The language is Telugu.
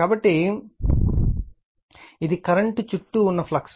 కాబట్టి ఇది కరెంట్ చుట్టూ ఉన్న ఫ్లక్స్